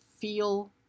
feel